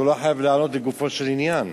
הוא לא חייב לענות לגופו של עניין,